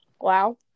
Wow